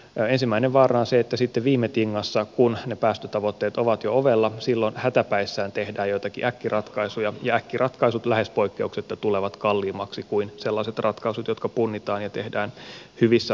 ensimmäinen vaara on se että sitten viime tingassa kun ne päästötavoitteet ovat jo ovella hätäpäissään tehdään joitakin äkkiratkaisuja ja äkkiratkaisut lähes poikkeuksetta tulevat kalliimmiksi kuin sellaiset ratkaisut jotka punnitaan ja tehdään hyvissä ajoin suunnitellen